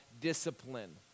discipline